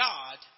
God